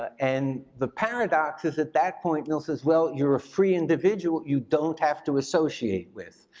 ah and the paradox is at that point, mill says, well, you're a free individual, you don't have to associate with,